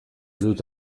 dut